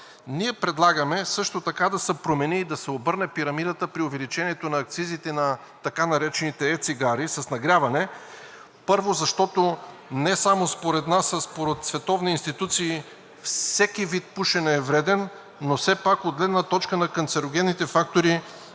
Ние предлагаме също така да се промени и да се обърне пирамидата при увеличението на акцизите на така наречените е-цигари с нагряване. Първо, защото не само според нас, а според световни институции всеки вид пушене е вредно, но все пак от гледна точка на канцерогенните фактори